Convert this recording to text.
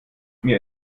mir